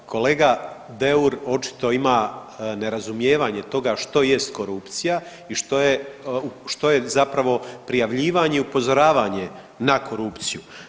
Evo kolega Deur očito ima nerazumijevanje toga što jest korupcija i što je, što je zapravo prijavljivanje i upozoravanje na korupciju.